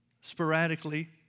sporadically